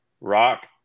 Rock